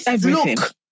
look